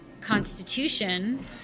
constitution